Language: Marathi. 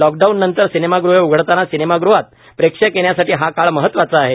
लॉकडाऊननंतर सिनेमागुहे उघडताना सिनेमागुहात प्रेक्षक येण्यासाठी हा काळ महत्वाचा आहे